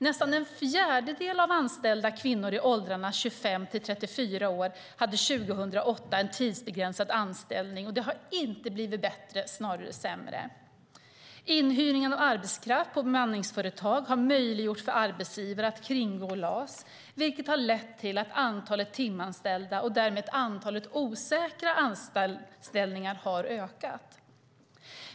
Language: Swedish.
Nästan en fjärdedel av de anställda kvinnorna i åldrarna 25-34 år hade år 2008 en tidsbegränsad anställning, och det har inte blivit bättre utan snarare sämre. Inhyrning av arbetskraft och bemanningsföretag har möjliggjort för arbetsgivare att kringgå LAS, vilket har lett till att antalet timanställda och därmed antalet osäkra anställningar har ökat.